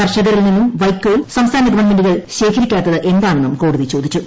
കർഷകരിൽ നിന്നും വൈക്കോൽ സംസ്ഥാന ഗവൺമെന്റുകൾ ശേഖരിക്കാത്തത് എന്താണെന്നും കോടതി ചോദിച്ചു